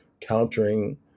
countering